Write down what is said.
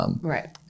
Right